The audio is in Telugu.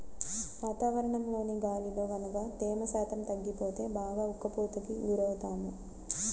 వాతావరణంలోని గాలిలో గనక తేమ శాతం తగ్గిపోతే బాగా ఉక్కపోతకి గురవుతాము